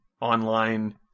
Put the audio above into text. online